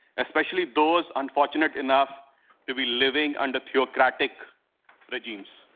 especially those unfortunate enough to be living under a theocratic regime.